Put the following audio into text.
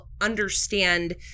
understand